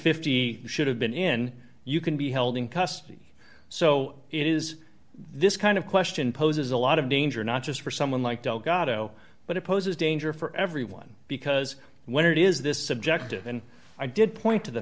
fifty should have been in you can be held in custody so it is this kind of question poses a lot of danger not just for someone like delgado but it poses danger for everyone because when it is this subjective and i did point to the